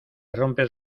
rompes